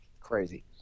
crazy